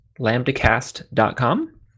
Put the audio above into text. lambdacast.com